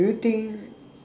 do you think